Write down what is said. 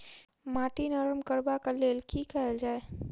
माटि नरम करबाक लेल की केल जाय?